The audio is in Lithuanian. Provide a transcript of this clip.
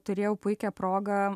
turėjau puikią progą